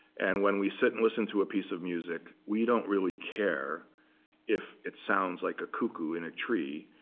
and when we sit and listen to a piece of music, we don't really care if it sounds like a cuckoo in a tree,